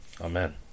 amen